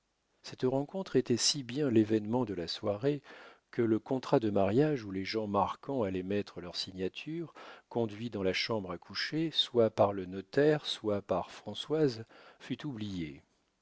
cette rencontre était si bien l'événement de la soirée que le contrat de mariage où les gens marquants allaient mettre leur signature conduits dans la chambre à coucher soit par le notaire soit par françoise fut oublié